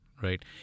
right